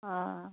অঁ